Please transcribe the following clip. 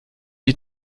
die